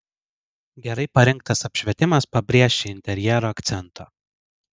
gerai parinktas apšvietimas pabrėš šį interjero akcentą